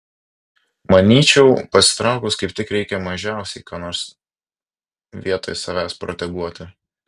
manyčiau pasitraukus kaip tik reikia mažiausiai ką nors vietoj savęs proteguoti